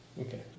Okay